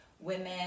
women